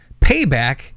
Payback